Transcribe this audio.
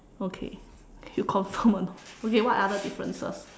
okay you confirm or not okay what other differences